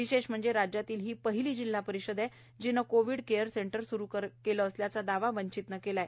विशेष म्हणजे राज्यातील ही पहिली जिल्हा परिषद आहे जिने कोविड केअर सेंटर सूरू केले असल्याचा दावा वंचितने केला आहे